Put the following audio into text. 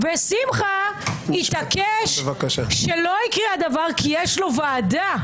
ושמחה התעקש שלא יקרה הדבר כי יש לו ועדה.